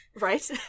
Right